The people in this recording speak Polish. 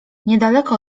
niedaleko